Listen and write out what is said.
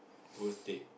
worst date